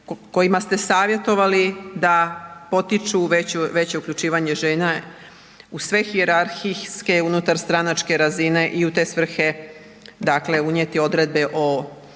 kojima ste savjetovali da potiču veće uključivanje žena u sve hijerarhijske unutarstranačke razine i u te svrhe dakle unijeti odredbe o